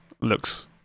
looks